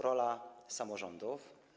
Rola samorządów.